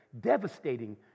devastating